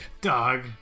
dog